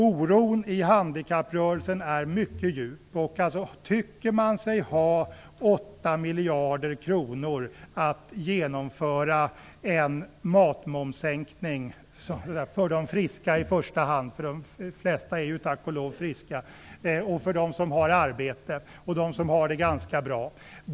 Oron inom handikapprörelsen är mycket djup. Man tycker sig ha 8 miljarder kronor till att genomföra en matmomssänkning som i första hand gynnar dem som är friska - de flesta är ju tack och lov friska - och dem som har arbete och dem som har det ganska bra.